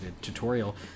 tutorial